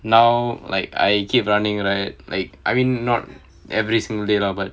now like I keep running right like I mean not every single day lah but